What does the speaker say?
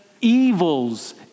evils